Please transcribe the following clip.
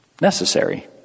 necessary